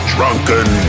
Drunken